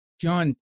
John